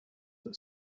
that